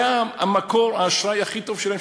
זה מקור האשראי הכי טוב שלהם,